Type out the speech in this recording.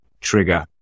trigger